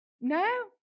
no